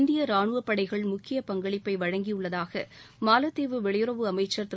இந்திய ராணுவப் படைகள் முக்கிய பங்களிப்பை வழங்கியுள்ளதாக மாலத்தீவு வெளியுறவு அமைச்சர் திரு